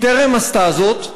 היא טרם עשתה זאת,